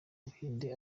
buhinde